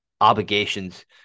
obligations